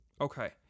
Okay